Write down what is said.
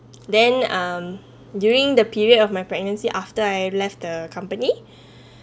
then um during the period of my pregnancy after I left the company